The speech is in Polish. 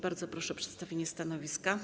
Bardzo proszę o przedstawienie stanowiska.